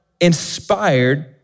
inspired